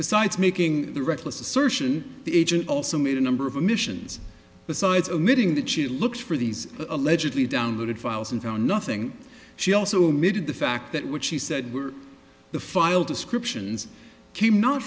besides making the reckless assertion the agent also made a number of admissions besides omitting that she looks for these allegedly downloaded files and found nothing she also admitted the fact that what she said were the file descriptions came